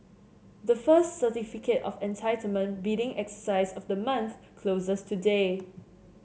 the first Certificate of Entitlement bidding exercise of the month closes today